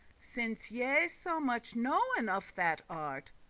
since ye so muche knowen of that art,